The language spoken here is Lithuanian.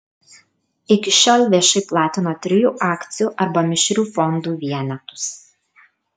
iki šiol viešai platino trijų akcijų arba mišrių fondų vienetus